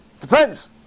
Depends